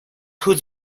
hood